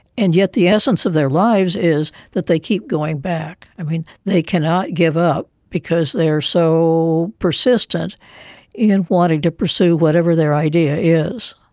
and yet the essence of their lives is that they keep going back. and they cannot give up because they are so persistent in wanting to pursue whatever their idea is.